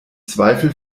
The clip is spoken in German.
zweifel